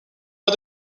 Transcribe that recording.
pas